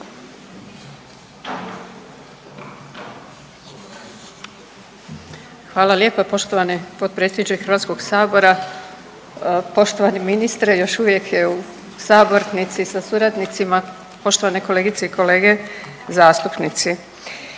Hvala lijepa poštovani potpredsjedniče Hrvatskog sabora, poštovani ministre. Još uvijek je u sabornici sa suradnicima, poštovane kolegice i kolege zastupnici.